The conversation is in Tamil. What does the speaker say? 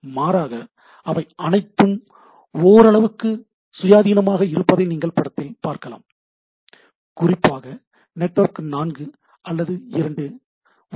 மாறாக அவை அனைத்தும் ஓரளவுக்கு சுயாதீனமாக இருப்பதை நீங்கள் இந்த படத்தில் பார்க்கலாம் குறிப்பாக நெட்வொர்க் 4 அல்லது 2 1